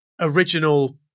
original